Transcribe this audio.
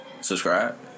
subscribe